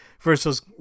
versus